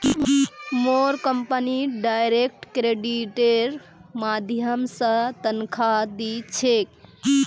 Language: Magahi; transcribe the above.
मोर कंपनी डायरेक्ट क्रेडिटेर माध्यम स तनख़ा दी छेक